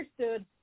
understood